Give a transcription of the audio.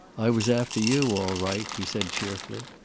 i was after you, all right, he said, cheerfully.